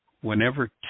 whenever